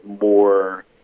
more